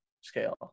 scale